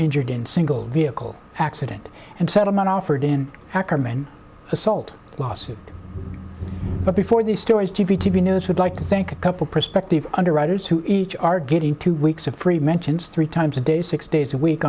injured in single vehicle accident and settlement offered in ackerman assault lawsuit but before these stories t v t v news would like to thank a couple prospective underwriters who each are getting two weeks of free mentions three times a day six days a week